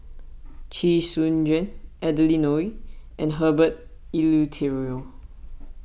Chee Soon Juan Adeline Ooi and Herbert Eleuterio